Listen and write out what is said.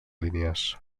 línies